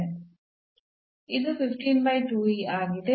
ಅದು ಆಗಿದೆ